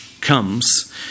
comes